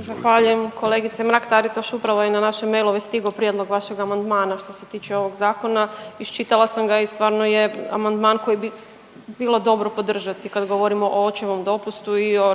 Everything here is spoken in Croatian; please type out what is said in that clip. Zahvaljujem. Kolegice Mrak Taritaš upravo je na naše mailove stigao prijedlog vašeg amandmana što se tiče ovog zakona. Iščitala sam ga i stvarno je amandman koji bi bilo dobro podržati kad govorimo o očevom dopustu i o